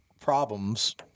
problems